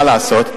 מה לעשות,